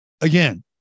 Again